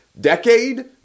decade